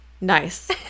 Nice